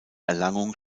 erlangung